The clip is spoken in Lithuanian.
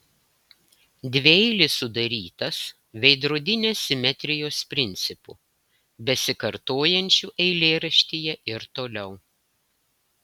dvieilis sudarytas veidrodinės simetrijos principu besikartojančiu eilėraštyje ir toliau